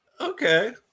Okay